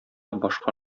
башка